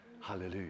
Hallelujah